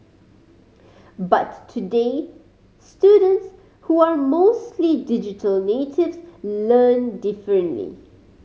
but today students who are mostly digital natives learn differently